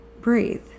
Breathe